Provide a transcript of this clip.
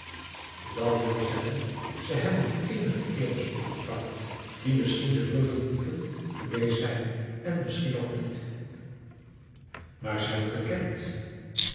dat wil zeggen ze hebben eenige kerels opgepakt die misschien de buffeldieven geweest zijn en misschien ook niet augusta de wit orpheus in de dessa maar ze hebben toch bekend